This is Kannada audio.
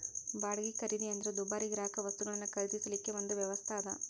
ಬಾಡ್ಗಿ ಖರೇದಿ ಅಂದ್ರ ದುಬಾರಿ ಗ್ರಾಹಕವಸ್ತುಗಳನ್ನ ಖರೇದಿಸಲಿಕ್ಕೆ ಒಂದು ವ್ಯವಸ್ಥಾ ಅದ